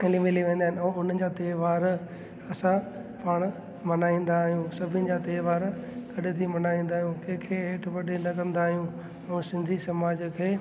हिली मिली वेंदा आहिनि ऐं उन्हनि जा त्योहार असां पाण मल्हाईंदा आहियूं सभिनि जा त्योहार गॾिजी मल्हाईंदा आहियूं कंहिंखें हेठि वॾे न कंदा आहियूं सिंधी समाज खे